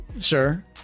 Sure